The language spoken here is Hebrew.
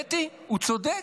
והאמת היא שהוא צודק,